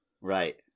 Right